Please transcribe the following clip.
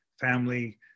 family